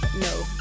no